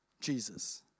Jesus